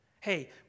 Hey